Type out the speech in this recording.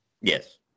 Yes